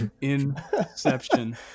Inception